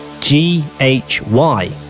G-H-Y